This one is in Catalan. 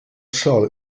sol